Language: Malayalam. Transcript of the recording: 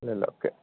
ഇല്ല ഇല്ല ഓക്കെ